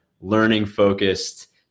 learning-focused